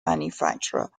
manufacturer